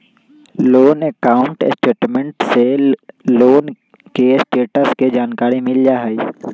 loan account statement से loan के status के जानकारी मिल जाइ हइ